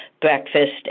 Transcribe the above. breakfast